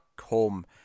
home